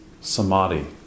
samadhi